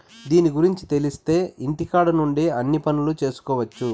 దీని గురుంచి తెలిత్తే ఇంటికాడ నుండే అన్ని పనులు చేసుకొవచ్చు